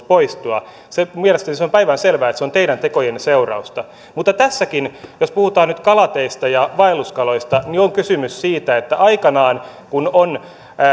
poistua mielestäni se on päivänselvää että se on teidän tekojenne seurausta mutta tässäkin jos puhutaan nyt kalateistä ja vaelluskaloista on kysymys siitä että aikanaan kun on